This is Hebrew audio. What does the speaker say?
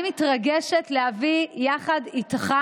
אני מתרגשת להביא יחד איתך